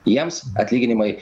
jiems atlyginimai